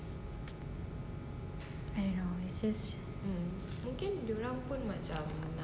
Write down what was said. I don't know it's just